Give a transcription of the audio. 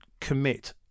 commit